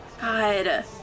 God